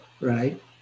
right